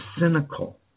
cynical